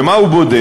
ומה הוא בודק?